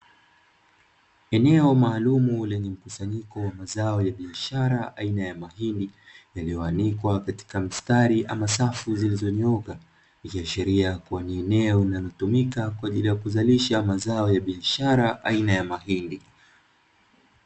Eneo maalumu lenye mkusanyiko wa mazao ya biashara aina ya mahindi, yaliyoanikwa katika mstari au safu zilizonyooka, ikiashiria kuwa ni eneo linalotumika kwa ajili ya kuzalisha mazao ya biashara aina ya mahindi.